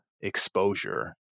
exposure